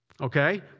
Okay